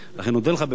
לכן אני אודה לך, באמת,